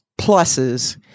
pluses